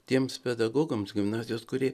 tiems pedagogams gimnazijos kurie